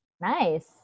Nice